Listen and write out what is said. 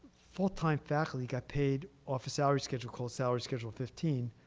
full-time faculty got paid off a salary schedule called salary schedule fifteen,